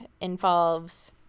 involves